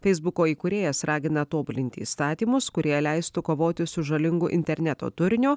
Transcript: feisbuko įkūrėjas ragina tobulinti įstatymus kurie leistų kovoti su žalingu interneto turiniu